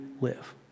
live